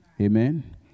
Amen